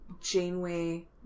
Janeway